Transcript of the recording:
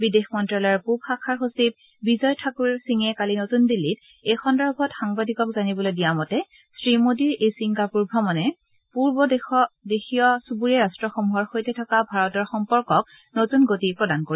বিদেশ মন্ত্যালয়ৰ পূব শাখাৰ সচিব বিজয় ঠাকুৰ সিঙে কালি নতুন দিল্লীত এই সন্দৰ্ভত সাংবাদিকক জানিবলৈ দিয়া মতে শ্ৰীমোদীৰ এই ছিংগাপুৰ ভ্ৰমণে পূৰ্ব দেশীয় চুবুৰীয়া ৰাট্টসমূহৰ সৈতে থকা ভাৰতৰ সম্পৰ্কক নতুন গতি প্ৰদান কৰিব